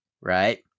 right